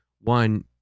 one